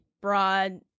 broad